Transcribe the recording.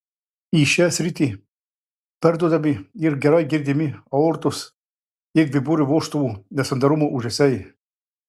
į šią sritį perduodami ir gerai girdimi aortos ir dviburio vožtuvų nesandarumo ūžesiai